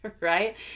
right